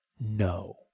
No